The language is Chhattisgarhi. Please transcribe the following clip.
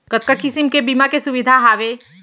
कतका किसिम के बीमा के सुविधा हावे?